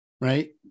Right